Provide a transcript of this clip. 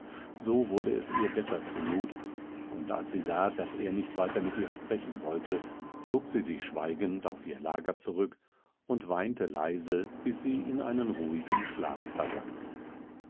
so wurde es ihr besser zumut und als sie sah daß er nicht weiter mit ihr sprechen wollte zog sie sich schweigend auf ihr lager zurück und weinte leise bis sie in einen ruhigen schlaf versank